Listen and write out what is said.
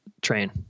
train